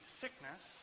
sickness